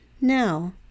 Now